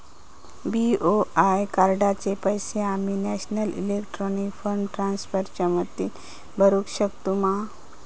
BOI कार्डाचे पैसे आम्ही नेशनल इलेक्ट्रॉनिक फंड ट्रान्स्फर च्या मदतीने भरुक शकतू मा?